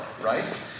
right